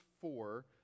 four